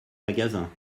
magasin